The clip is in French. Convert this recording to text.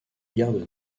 gardes